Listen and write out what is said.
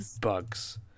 bugs